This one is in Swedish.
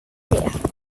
det